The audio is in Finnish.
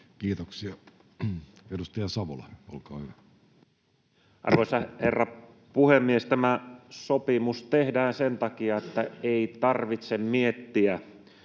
laeiksi Time: 14:17 Content: Arvoisa herra puhemies! Tämä sopimus tehdään sen takia, että ei tarvitse miettiä,